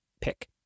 pick